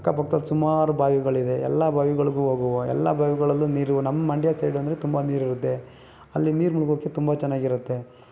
ಅಕ್ಕಪಕ್ಕದಲ್ಲಿ ಸುಮಾರು ಬಾವಿಗಳಿದೆ ಎಲ್ಲ ಬಾವಿಗಳಿಗೂ ಹೋಗುವ ಎಲ್ಲ ಬಾವಿಗಳಲ್ಲೂ ನೀರು ನಮ್ಮ ಮಂಡ್ಯ ಸೈಡ್ ಅಂದರೆ ತುಂಬ ನೀರಿರುತ್ತೆ ಅಲ್ಲಿ ನೀರು ಮುಳುಗೋಕೆ ತುಂಬ ಚೆನ್ನಾಗಿರುತ್ತೆ